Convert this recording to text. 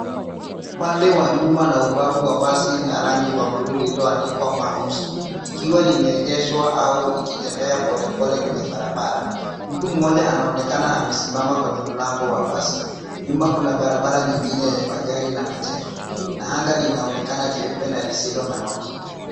Upande wa nyuma na ubavu wa basi la rangi wa blue lililoandikwa Marcos ikiwa limeegeshwa au ikitembea polepole kwenye barabara. Mtu mmoja anaonekana amesimama kwenye mlango wa basi. Nyuma kuna barabara nyingine yenye magari na majengo na anga linaonekana jeupe na lisilo na mawingu.